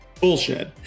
bullshit